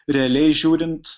realiai žiūrint